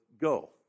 go